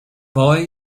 boy